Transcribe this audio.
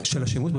של השימוש?